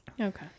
Okay